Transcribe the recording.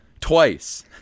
twice